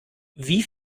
wie